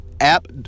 app